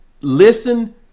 listen